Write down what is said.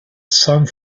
song